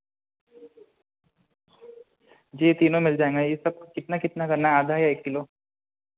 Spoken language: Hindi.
जी तीनों मिल जाएगा यह सब कितना कितना करना है आधा या एक किलो